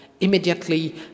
immediately